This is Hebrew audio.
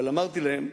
אבל אמרתי להם,